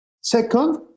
Second